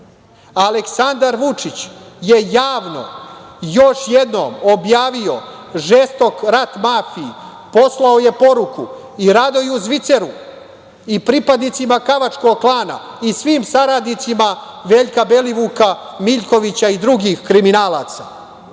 Aleksandar Vučić je javno još jednom objavio žestok rat mafiji. Poslao je poruku i Radoju Zviceru i pripadnicima kavačkog klana i svim saradnicima Veljka Belivuka, Miljkovića i drugih kriminalaca,